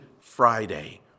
Friday